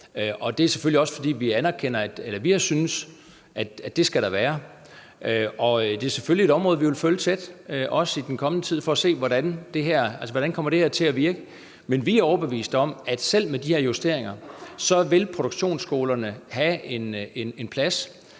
Det er selvfølgelig også, fordi vi anerkender det. Vi har syntes, at sådan skal det være. Det er selvfølgelig et område, vi vil følge tæt, også i den kommende tid, for at se, hvordan det her kommer til at virke. Men vi er overbeviste om, at selv med de her justeringer vil produktionsskolerne have en plads